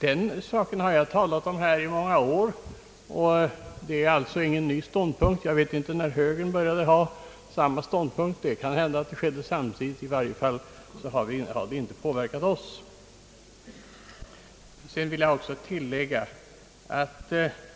Den saken har jag talat om här i många år, och det är alltså ingen ny ståndpunkt. Jag vet inte när högern började ha samma ståndpunkt. Kanhända var det samtidigt, men det har i varje fall inte påverkat OSS. Sedan vill jag tillägga att jag inte riktigt förstår